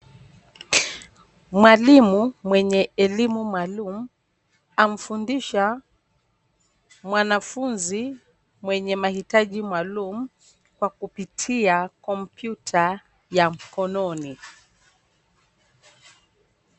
Mwalimu mwenye elimu maalumu, amfundisha mwanafunzi mwenye mahitaji maalumu kwa kupitia kompyuta ya mkononi.